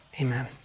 Amen